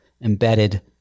embedded